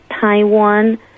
Taiwan